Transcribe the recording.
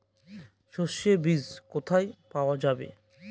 সর্ষে বিজ কোথায় পাওয়া যাবে?